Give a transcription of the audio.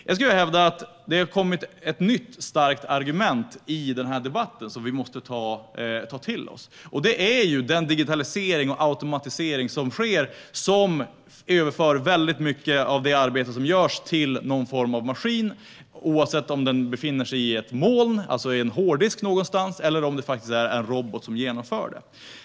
Jag skulle vilja hävda att det har kommit ett nytt starkt argument i debatten som vi måste ta till oss, och det är den digitalisering och automatisering som sker och som överför väldigt mycket av det arbete som görs till någon form av maskin - oavsett om den befinner sig i ett moln, det vill säga i en hårddisk någonstans, eller om den faktiskt är en robot som genomför arbetet.